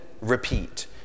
repeat